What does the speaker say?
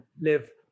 live